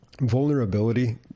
vulnerability